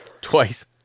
Twice